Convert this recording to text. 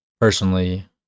personally